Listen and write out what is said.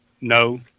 No